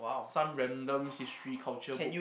some random history culture book